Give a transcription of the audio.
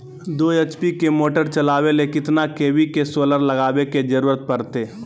दो एच.पी के मोटर चलावे ले कितना के.वी के सोलर लगावे के जरूरत पड़ते?